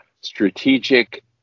strategic